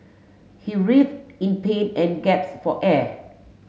he writhed in pain and gasped for air